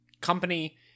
company